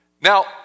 Now